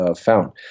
found